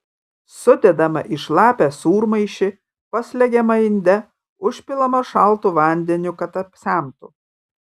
sudedama į šlapią sūrmaišį paslegiama inde užpilama šaltu vandeniu kad apsemtų